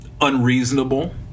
unreasonable